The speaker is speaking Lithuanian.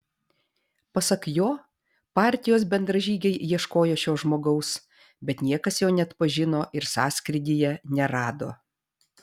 pasak jo partijos bendražygiai ieškojo šio žmogaus bet niekas jo neatpažino ir sąskrydyje nerado